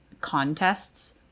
contests